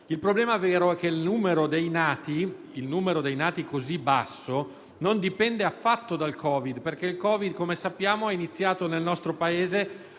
Il problema vero è che il numero dei nati così basso non dipende affatto dal Covid-19, che, come sappiamo, è iniziato nel nostro Paese